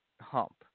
hump